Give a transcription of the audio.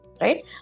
right